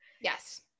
yes